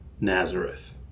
Nazareth